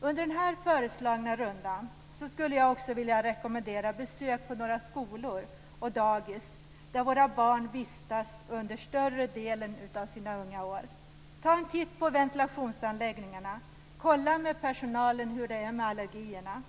Under den föreslagna rundan skulle jag också vilja rekommendera besök på några skolor och dagis där våra barn vistas under större delen av sina unga år. Ta en titt på ventilationsanläggningarna. Kontrollera med personalen hur det är med allergierna.